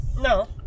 No